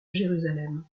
jérusalem